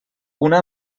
una